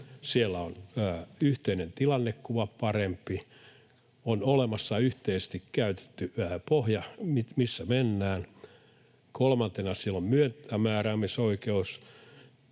Siellä on yhteinen tilannekuva parempi; on olemassa yhteisesti käytetty pohja, missä mennään. Kolmantena siellä on myötämääräämisoikeus